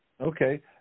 Okay